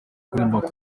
kuyiririmba